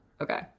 Okay